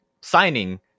signing